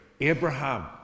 Abraham